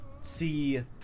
see